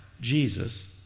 Jesus